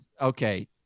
Okay